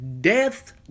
Death